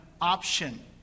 option